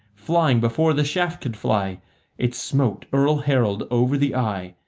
flying before the shaft could fly it smote earl harold over the eye,